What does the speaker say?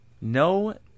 no